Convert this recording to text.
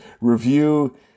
review